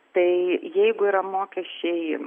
tai jeigu yra mokesčiai